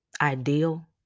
ideal